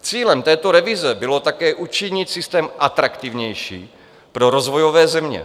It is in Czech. Cílem této revize bylo také učinit systém atraktivnější pro rozvojové země.